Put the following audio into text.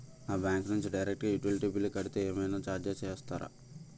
నా బ్యాంక్ నుంచి డైరెక్ట్ గా యుటిలిటీ బిల్ కడితే ఏమైనా చార్జెస్ వేస్తారా?